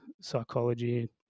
psychology